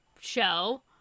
show